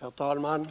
Herr talman!